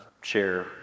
share